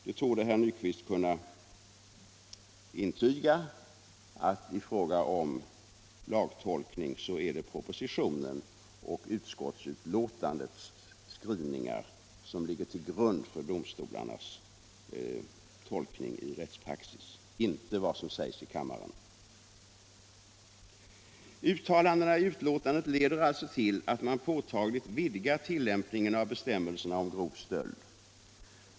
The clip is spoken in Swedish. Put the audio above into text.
Herr Nyquist torde kunna intyga att det är propositionens och utskottsbetänkandets skrivningar som ligger till grund för domstolarnas lagtolkning i rättspraxis, inte vad som sägs i kammaren. Uttalandena i betänkandet leder alltså till att man påtagligt vidgar tilllämpningen av bestämmelserna om grov stöld.